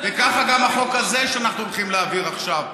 וככה גם החוק הזה שאנחנו הולכים להעביר עכשיו,